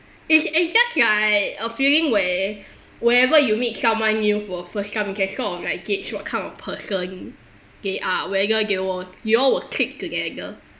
it's it's just like a feeling where wherever you meet someone new for a first time that's sort of like gauge what kind of person they are whether they will you all will click together